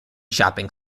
shopping